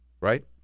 Right